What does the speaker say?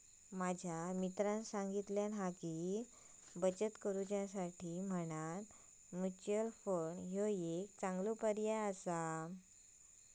माझ्या दोस्तानं सांगल्यान हा की, बचत करुसाठी म्हणान म्युच्युअल फंड ह्यो एक चांगलो पर्याय आसा